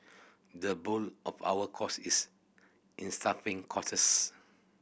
the bulk of our costs is in staffing